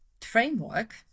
framework